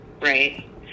Right